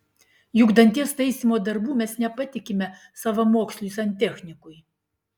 juk danties taisymo darbų mes nepatikime savamoksliui santechnikui